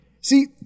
See